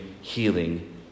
healing